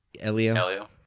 Elio